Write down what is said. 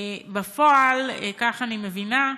בפועל, כך אני מבינה,